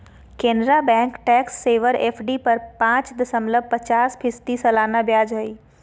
Canara bank tax saver FD पर पाच दशमलब पचास फीसदी सालाना ब्याज हइ